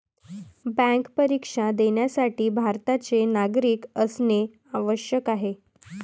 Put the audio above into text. bank परीक्षा देण्यासाठी भारताचे नागरिक असणे आवश्यक आहे